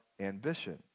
ambition